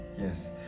Yes